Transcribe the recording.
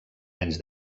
anys